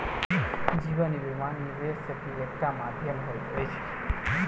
जीवन बीमा, निवेश के एकटा माध्यम होइत अछि